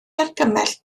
argymell